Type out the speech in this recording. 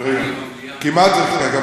כמעט ריקה.